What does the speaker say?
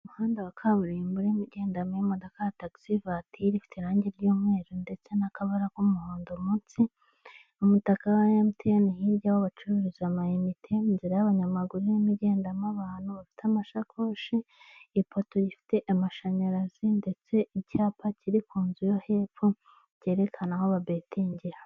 Umuhanda wa kaburimbo urimo ugendamo imodoka ya taxivatiri ifite irangi ry'umweru ndetse n'akabara k'umuhondo munsi, umutaka wa MTN hirya aho bacururiza amanite, inzira y'abanyamaguru irimo igendamo abantu bafite amasakoshi, ipoto ifite amashanyarazi ndetse icyapa kiri ku nzu yo hepfo cyerekana aho babetingira.